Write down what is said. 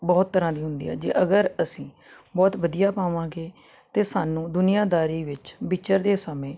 ਬਹੁਤ ਤਰ੍ਹਾਂ ਦੀ ਹੁੰਦੀ ਆ ਅਗਰ ਅਸੀਂ ਬਹੁਤ ਵਧੀਆ ਪਾਵਾਂਗੇ ਤਾਂ ਸਾਨੂੰ ਦੁਨੀਆਂਦਾਰੀ ਵਿੱਚ ਵਿਚਰਦੇ ਸਮੇਂ